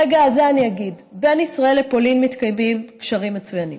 ברגע הזה אני אגיד: בין ישראל לפולין מתקיימים קשרים מצוינים.